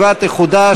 ענו לך בסיבוב הראשון.